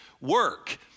work